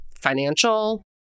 financial